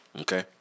okay